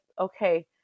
okay